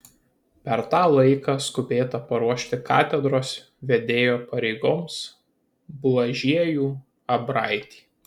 per tą laiką skubėta paruošti katedros vedėjo pareigoms blažiejų abraitį